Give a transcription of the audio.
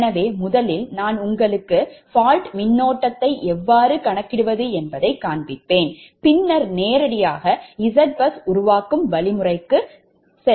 எனவே முதலில் நான் உங்களுக்கு fault மின்னோட்டத்தை எவ்வாறு கணக்கிடுவது என்பதைக் காண்பிப்பேன் பின்னர் நேரடியாக Z பஸ் உருவாக்கும் வழிமுறைக்கு செல்வோம்